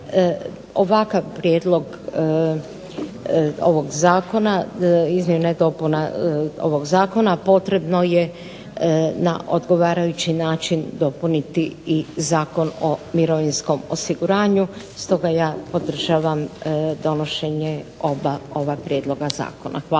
ovakav prijedlog ovog zakona, izmjena i dopuna ovog zakona potrebno je na odgovarajući način dopuniti i Zakon o mirovinskom osiguranju. Stoga ja podržavam donošenje oba ova prijedloga zakona.